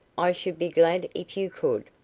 i should be glad if you could.